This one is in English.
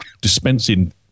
dispensing